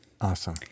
Awesome